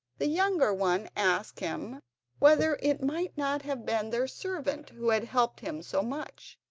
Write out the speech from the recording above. the younger one asked him whether it might not have been their servant who had helped him so much.